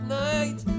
night